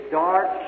dark